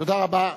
תודה רבה.